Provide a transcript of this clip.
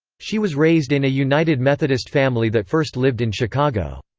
she was raised in a united methodist family that first lived in chicago.